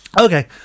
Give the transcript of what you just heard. Okay